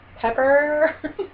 Pepper